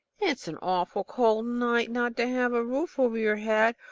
it's an awful cold night not to have a roof over your head,